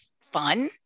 fun